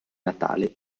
natale